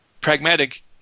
pragmatic